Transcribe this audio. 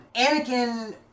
Anakin